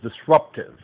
disruptive